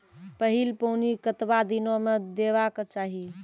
पहिल पानि कतबा दिनो म देबाक चाही?